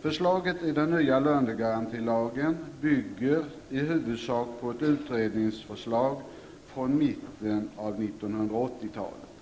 Förslaget i den nya lönegarantilagen bygger i huvudsak på ett utredningsförslag från mitten av 1980-talet.